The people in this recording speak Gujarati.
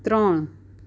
ત્રણ